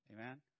Amen